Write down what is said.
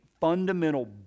fundamental